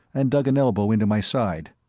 and dug an elbow into my side.